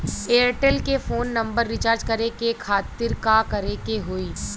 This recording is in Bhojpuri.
एयरटेल के फोन नंबर रीचार्ज करे के खातिर का करे के होई?